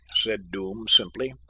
said doom simply.